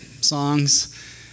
songs